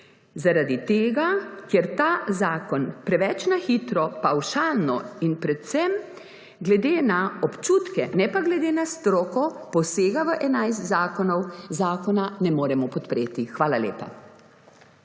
Zaradi tega, ker ta zakon preveč na hitro, pavšalno in predvsem glede na občutke, ne pa glede na stroko posega v enajst zakonov, zakona ne moremo podpreti. Hvala lepa.